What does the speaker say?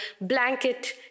blanket